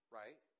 right